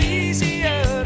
easier